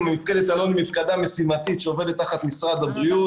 מפקדת אלון היא מפקדה משימתית שעובדת תחת משרד הבריאות.